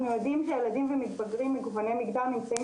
אנחנו יודעים שילדים ומתבגרים מקווני מגדר נמצאים